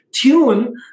tune